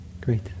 Great